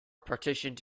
partitioned